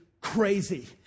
crazy